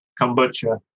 kombucha